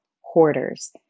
hoarders